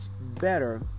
better